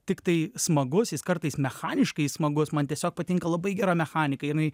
tiktai smagus jis kartais mechaniškai smagus man tiesiog patinka labai gera mechanika jinai